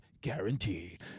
guaranteed